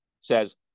says